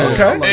Okay